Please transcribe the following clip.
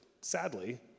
sadly